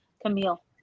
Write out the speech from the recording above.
Camille